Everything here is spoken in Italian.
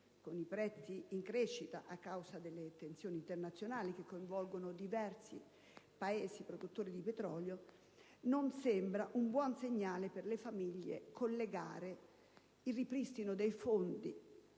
dei prezzi a causa della tensioni internazionali che coinvolgono diversi Paesi produttori di petrolio, non sembra un buon segnale per le famiglie collegare il ripristino dei fondi